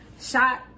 shot